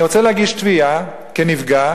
אם אני רוצה להגיש תביעה כנפגע,